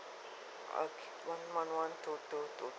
okay one one one two two two